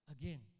Again